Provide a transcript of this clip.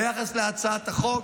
ביחס להצעת החוק,